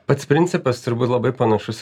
pats principas turbūt labai panašus